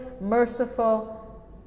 merciful